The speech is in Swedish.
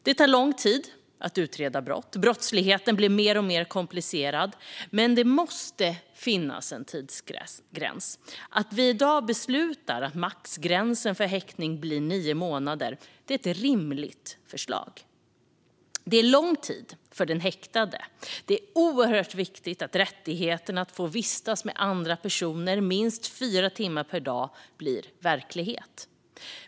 Det tar lång tid att utreda brott, och brottsligheten blir mer och mer komplicerad. Men det måste finnas en tidsgräns. Att vi i dag beslutar att maxgränsen för häktning blir nio månader är rimligt. Detta är lång tid för den häktade, och det är oerhört viktigt att rättigheten att få vistas med andra personer minst fyra timmar per dag blir verklighet.